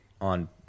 on